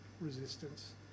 resistance